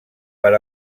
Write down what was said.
per